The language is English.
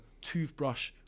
toothbrush